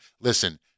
Listen